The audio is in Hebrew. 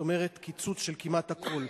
זאת אומרת קיצוץ של כמעט הכול.